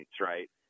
right